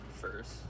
first